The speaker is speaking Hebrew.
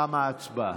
תמה ההצבעה.